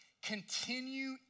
Continue